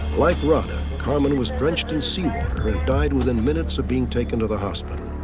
like radha, carmen was drenched in seawater and died within minutes of being taken to the hospital.